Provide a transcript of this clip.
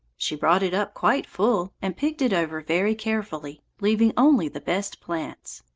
she brought it up quite full, and picked it over very carefully, leaving only the best plants.